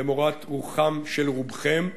למורת רוחם של רובכם,